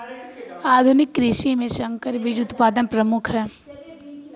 आधुनिक कृषि में संकर बीज उत्पादन प्रमुख है